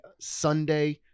Sunday